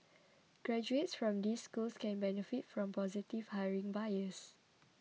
graduates from these schools can benefit from positive hiring bias